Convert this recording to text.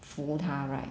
扶她 right